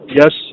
yes